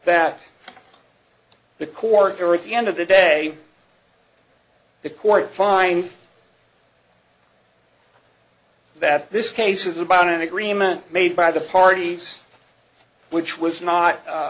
or at the end of the day the court find that this case is about an agreement made by the parties which was